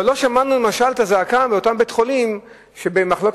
אבל לא שמענו את הזעקה מאותם בתי-חולים שבמחלקת